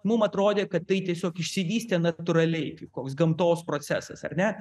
mum atrodė kad tai tiesiog išsivystė natūraliai koks gamtos procesas ar ne